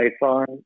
Python